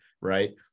right